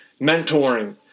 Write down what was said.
mentoring